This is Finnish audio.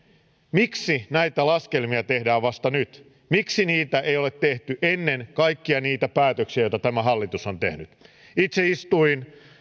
miksi näitä laskelmia tehdään vasta nyt miksi niitä ei ole tehty ennen kaikkia niitä päätöksiä joita tämä hallitus on tehnyt itse istuin